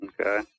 Okay